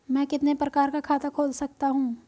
मैं कितने प्रकार का खाता खोल सकता हूँ?